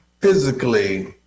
physically